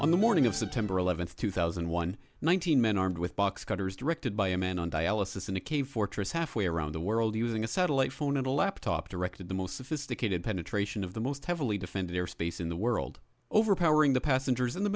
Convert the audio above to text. on the morning of september eleventh two thousand and one one thousand men armed with box cutters directed by a man on dialysis in a cave fortress halfway around the world using a satellite phone and a laptop directed the most sophisticated penetration of the most heavily defended airspace in the world over powering the passengers in the